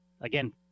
again